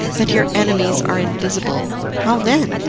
that your enemies are invisible, how then?